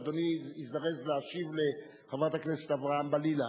אדוני הזדרז להשיב לחברת הכנסת אברהם-בלילא.